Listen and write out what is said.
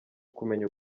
kumenya